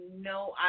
no